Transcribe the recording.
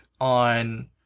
on